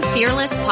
Fearless